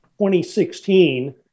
2016